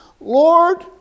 Lord